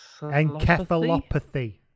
encephalopathy